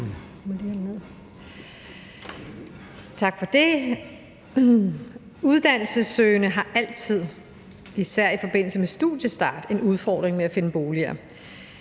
Tak for det. Uddannelsessøgende har altid, især i forbindelse med studiestart, en udfordring med at finde boliger.